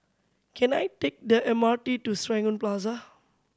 can I take the M R T to Serangoon Plaza